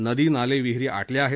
नदी नाले विहिरी आटल्या आहेत